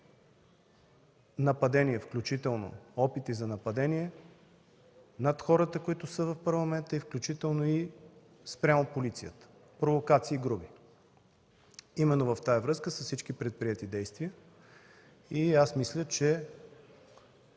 нападение, включително опити за нападение над хората, които са в Парламента, включително и спрямо полицията, провокации и други. Именно в тази връзка са всички предприети действия. Мисля, че